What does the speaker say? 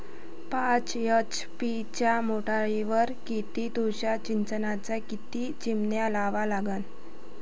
पाच एच.पी च्या मोटारीवर किती तुषार सिंचनाच्या किती चिमन्या लावा लागन?